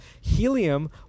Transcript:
helium